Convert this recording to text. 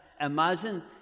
imagine